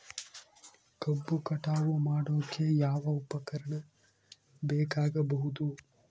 ಕಬ್ಬು ಕಟಾವು ಮಾಡೋಕೆ ಯಾವ ಉಪಕರಣ ಬೇಕಾಗಬಹುದು?